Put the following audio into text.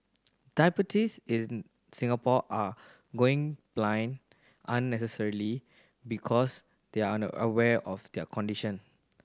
diabetics in Singapore are going blind unnecessarily because they are unaware of their condition